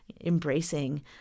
embracing